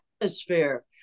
atmosphere